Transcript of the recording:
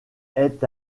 est